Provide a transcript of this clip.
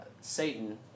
Satan